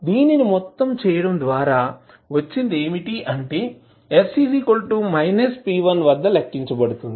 దీనిని మొత్తం చేయడం ద్వారా వచ్చింది ఏమిటి అంటే s −p1 వద్ద లెక్కించబడుతుంది